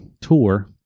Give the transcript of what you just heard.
tour